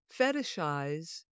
fetishize